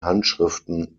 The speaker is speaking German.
handschriften